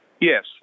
yes